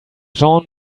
jean